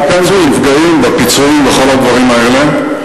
בנפגעים, בפיצויים, בכל הדברים האלה.